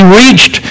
reached